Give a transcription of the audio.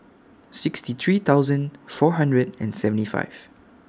sixty three thousand four hundred and seventy five